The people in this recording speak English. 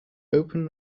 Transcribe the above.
open